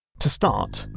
to start,